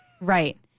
Right